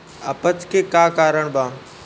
अपच के का कारण बा?